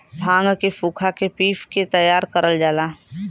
भांग के सुखा के पिस के तैयार करल जाला